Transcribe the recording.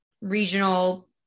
regional